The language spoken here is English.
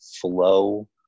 flow